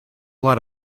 lot